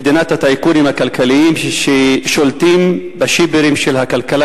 מדינת הטייקונים הכלכליים ששולטים ב"שיברים" של הכלכלה